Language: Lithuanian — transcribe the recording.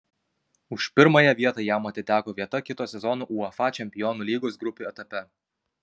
už pirmąją vietą jam atiteko vieta kito sezono uefa čempionų lygos grupių etape